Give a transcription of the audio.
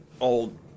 old